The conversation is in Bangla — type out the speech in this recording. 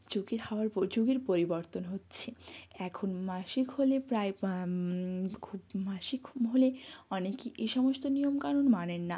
যুগের হাওয়ার পর যুগের পরিবর্তন হচ্ছে এখন মাসিক হলে প্রায় খুব মাসিক খুব হলে অনেকই এই সমস্ত নিয়মকানুন মানেন না